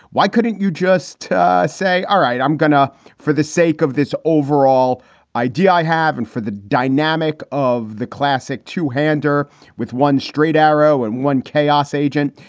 why couldn't you just say, all right, i'm gonna for the sake of this overall idea i have and for the dynamic of the classic two hander with one straight arrow and one chaos agent.